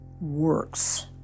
works